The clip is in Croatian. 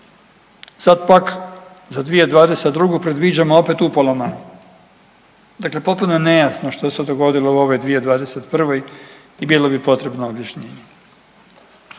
sad pak za 2022. predviđamo opet upola manje. Dakle potpuno je nejasno što se dogodilo u ove 2021. i bilo bi potrebno objašnjenje.